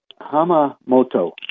Hamamoto